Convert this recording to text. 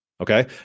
Okay